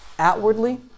Outwardly